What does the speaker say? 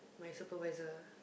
my supervisor